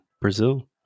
Brazil